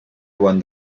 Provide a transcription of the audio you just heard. one